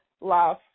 love